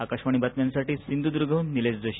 आकाशवाणी बातम्यांसाठी सिंधुदुर्गहून निलेश जोशी